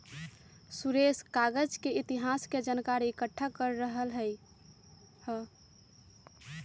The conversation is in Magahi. सुरेश कागज के इतिहास के जनकारी एकट्ठा कर रहलई ह